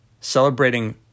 celebrating